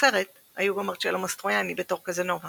בסרט היו גם מרצ'לו מסטרויאני בתור קזנובה